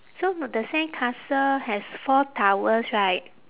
so the sandcastle has four towers right